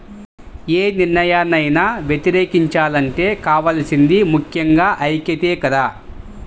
యే నిర్ణయాన్నైనా వ్యతిరేకించాలంటే కావాల్సింది ముక్కెంగా ఐక్యతే కదా